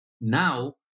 now